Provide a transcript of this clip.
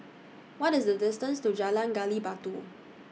What IS The distance to Jalan Gali Batu